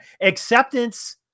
acceptance